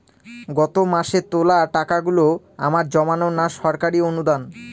গত মাসের তোলা টাকাগুলো আমার জমানো না সরকারি অনুদান?